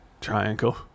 triangle